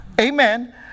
amen